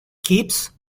kipps